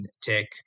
tech